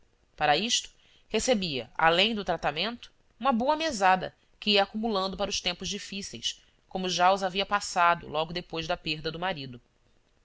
para isto recebia além do tratamento uma boa mesada que ia acumulando para os tempos difíceis como já os havia passado logo depois da perda do marido